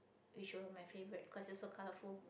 which were my favourite 'cause it's so colourful